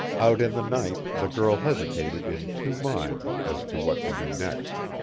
out in the night the girl hesitated in two minds as to what to do next.